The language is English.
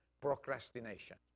procrastination